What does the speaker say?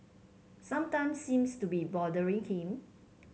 some time seems to be bothering him